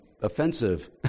offensive